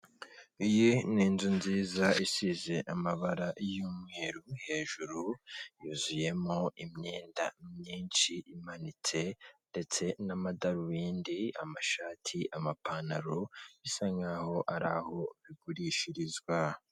Iyi ni inzu nziza isize amabara y'umweru, hejuru yuzuyemo imyenda myinshi imanitse ndetse n'amadarubindi, amashati, amapantaro, bisa nk'aho ari aho bigurishirizwa.